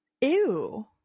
Ew